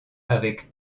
avec